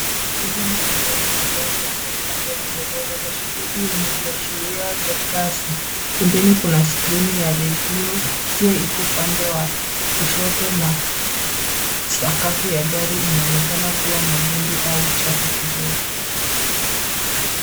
Sehemu ya ndani ya gari hasa upande wa dereva. Dashibodi yenye viashiria vya kasi ,pembeni kuna skrini ya redio pia iko upande wa kushoto na sakafu ya gari inaonekana kuwa na vumbi au uchafu kidogo.